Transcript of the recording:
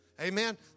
Amen